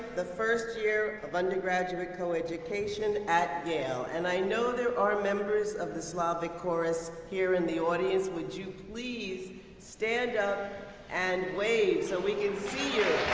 the first year of undergraduate co-education at yale. and i know there are members of the slavic chorus here in the audience. would you please stand up and wave so we can see you.